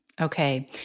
Okay